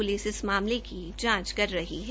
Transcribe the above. police इस मामले की जांच कर रही है